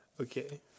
Okay